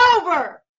over